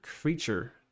creature